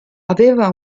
aveva